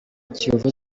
kiyovu